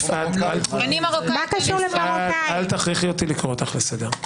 יפעת, אל תכריחי אותי לקרוא אותך לסדר.